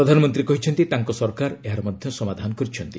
ପ୍ରଧାନମନ୍ତ୍ରୀ କହିଛନ୍ତି ତାଙ୍କ ସରକାର ଏହାର ମଧ୍ୟ ସମାଧାନ କରିଛନ୍ତି